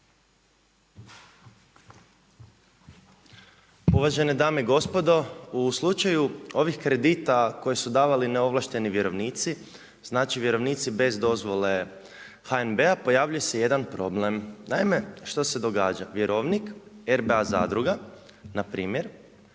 Uvažene dame i gospodo. U slučaju ovih kredita koje su davali neovlašteni vjerovnici bez dozvole HNB-a pojavljuje se jedan problem. naime, što se događa? Vjerovnik RBA zadruga npr.